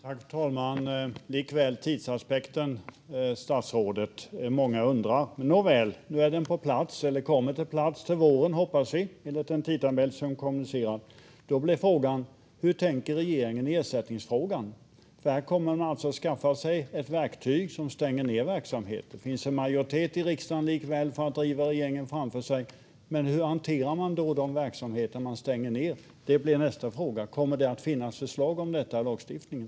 Fru talman! Likväl har vi tidsaspekten, statsrådet. Många undrar. Nåväl, nu hoppas vi att lagstiftningen kommer på plats till våren, vilket är den tidtabell som är kommunicerad. Då blir frågan: Hur tänker regeringen med ersättningsfrågan? Här kommer man alltså att skaffa sig ett verktyg som stänger ned verksamheter. Det finns en majoritet i riksdagen för att driva regeringen framför sig, men hur ska man hantera de verksamheter man stänger ned? Det blir nästa fråga. Kommer det att finnas förslag om detta i lagstiftningen?